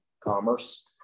commerce